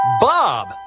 bob